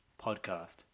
podcast